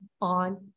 on